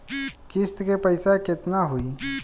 किस्त के पईसा केतना होई?